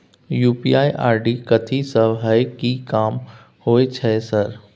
UPI ID कथि सब हय कि काम होय छय सर?